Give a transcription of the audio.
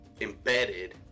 embedded